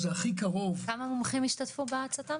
כמה מומחים השתתפו בצט"ם?